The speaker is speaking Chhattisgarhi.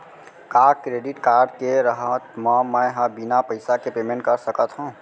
का क्रेडिट कारड के रहत म, मैं ह बिना पइसा के पेमेंट कर सकत हो?